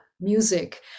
music